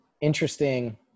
interesting